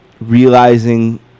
realizing